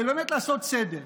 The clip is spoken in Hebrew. באמת לעשות סדר.